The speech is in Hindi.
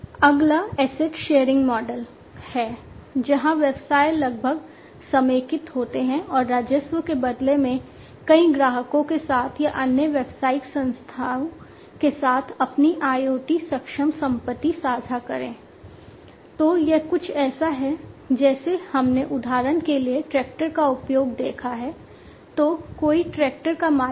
अगला एसेट शेयरिंग मॉडल का एक उदाहरण है